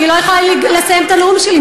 אני לא יכולה לסיים את הנאום שלי,